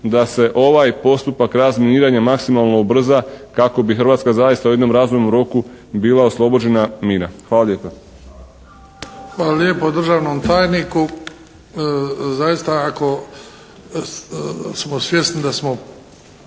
da se ovaj postupak razminiranja maksimalno ubrza kako bi Hrvatska zaista u jednom razumnom roku bila oslobođena mina. Hvala lijepa. **Bebić, Luka (HDZ)** Hvala lijepa državnom tajniku. Zaista ako smo svjesni da smo,